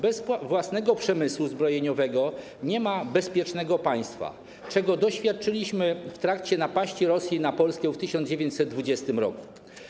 Bez własnego przemysłu zbrojeniowego nie ma bezpiecznego państwa, czego doświadczyliśmy w trakcie napaści Rosji na Polskę w 1920 r.